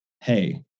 hey